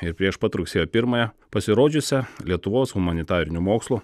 ir prieš pat rugsėjo pirmąją pasirodžiusią lietuvos humanitarinių mokslų